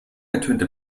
ertönte